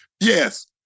Yes